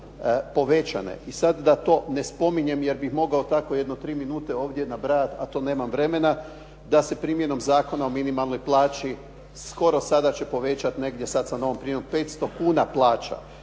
I sad da to ne spominjem, jer bih mogao tako jedno tri minute ovdje nabrajati, a to nemam vremena, da se primjenom Zakona o minimalnoj plaći, skoro sada će povećati negdje sada sa novom …/Govornik se